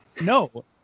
No